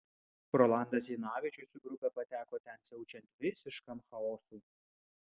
rolandas janavičius į grupę pateko ten siaučiant visiškam chaosui